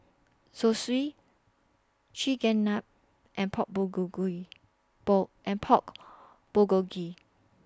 Zosui and Pork Bulgogi Ball and Pork Bulgogi